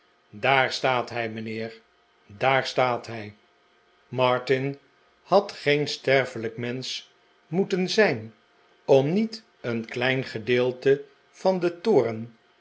daar staat hij mijnheer daar staat hij martin had geen sterfelijk mensch moeten zijn om niet een klein gedeelte van den toorn